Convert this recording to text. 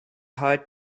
hard